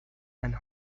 and